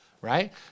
right